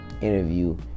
interview